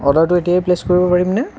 অৰ্ডাৰটো এতিয়াই প্লেচ কৰিব পাৰিমনে